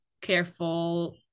careful